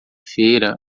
feira